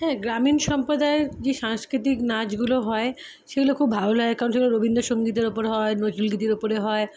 হ্যাঁ গ্রামীণ সম্প্রদায়ের যে সাংস্কৃতিক নাচগুলো হয় সেগুলো খুব ভালো লাগে কারণ সেগুলো রবীন্দসঙ্গীতের ওপর হয় নজরুলগীতির ওপরে হয়